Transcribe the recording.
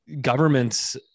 government's